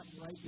right